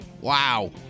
Wow